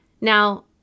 Now